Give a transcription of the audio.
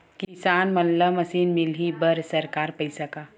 किसान मन ला मशीन मिलही बर सरकार पईसा का?